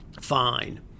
fine